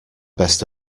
best